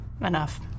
Enough